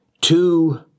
Two